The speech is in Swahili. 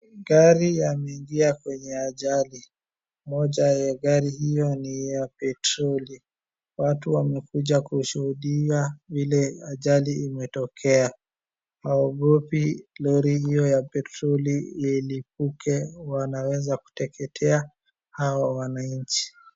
Gari yameingia kwenye ajali. Moja ya gari hiyo ni ya petroli. Watu wamekuja kushuhudia vile ajali imetokea. Hawaogopi lori hiyuoya petroli ilipuke wanaweze kuteketea hawa wananchi.